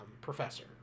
professor